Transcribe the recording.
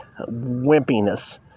wimpiness